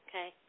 Okay